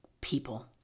people